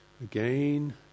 again